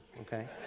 okay